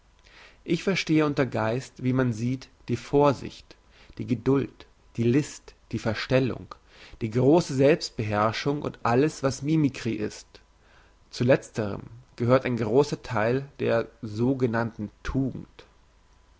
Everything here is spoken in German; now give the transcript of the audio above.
ich verstehe unter geist wie man sieht die vorsicht die geduld die list die verstellung die grosse selbstbeherrschung und alles was mimicry ist zu letzterem gehört ein grosser theil der sogenannten tugend